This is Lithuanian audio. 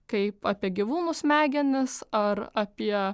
kaip apie gyvūnų smegenis ar apie